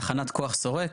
תחנת כוח שורק.